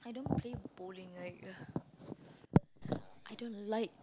I don't play bowling like uh I don't like